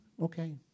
Okay